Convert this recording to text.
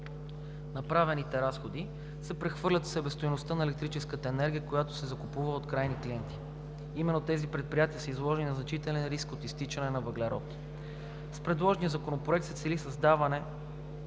направените разходи се прехвърлят в себестойността на електрическата енергия, която се закупува от крайните клиенти. Именно тези предприятия са „изложени на значителен риск от изтичане на въглерод“. С предложения законопроект се цели създаването